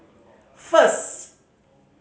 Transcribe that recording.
first